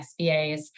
SBAs